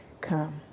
come